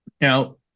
Now